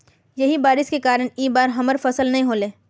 यही बारिश के कारण इ बार हमर फसल नय होले?